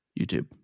YouTube